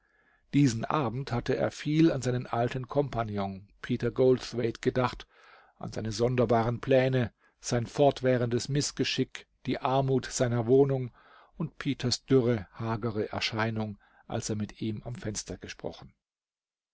diesen abend hatte er viel an seinen alten compagnon peter goldthwaite gedacht an seine sonderbaren pläne sein fortwährendes mißgeschick die armut seiner wohnung und peters dürre hagere erscheinung als er mit ihm am fenster gesprochen